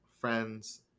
friends